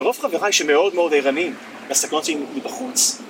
רוב חבריי שמאוד מאוד ערניים לסכנות מבחוץ,